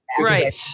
Right